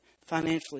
financially